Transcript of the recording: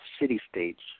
city-states